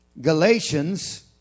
Galatians